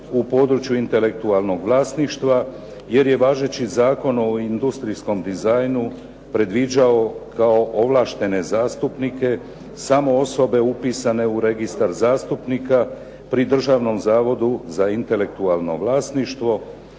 u području intelektualnog vlasništva, jer je važeći Zakon o industrijskom dizajnu predviđao kao ovlaštene zastupnice samo osobe upisane u Registar zastupnika pri Državnom zavodu za intelektualno vlasništvo,